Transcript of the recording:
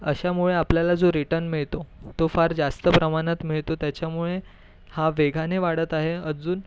अशामुळे आपल्याला जो रिटर्न मिळतो तो फार जास्त प्रमाणात मिळतो त्याच्यामुळे हा वेगाने वाढत आहे अजून